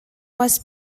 was